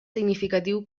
significatiu